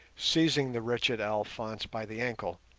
seizing the wretched alphonse by the ankle,